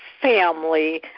family